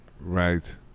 Right